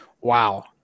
Wow